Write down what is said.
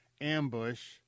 ambush